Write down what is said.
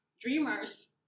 dreamers